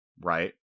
right